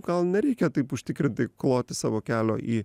gal nereikia taip užtikrintai kloti savo kelio į